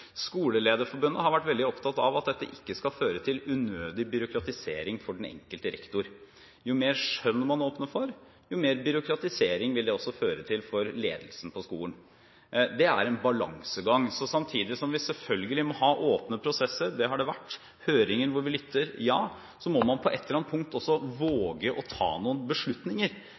Skolelederforbundet har vært opptatt av at det ikke skal føre til unødig byråkratisering for den enkelte rektor. Jo mer skjønn man åpner for, jo mer byråkratisering vil det føre til for ledelsen på skolen. Det er en balansegang. Så samtidig som vi selvfølgelig må ha åpne prosesser – det har det vært, høringer hvor vi lytter, ja – må man på et eller annet punkt våge å ta noen beslutninger.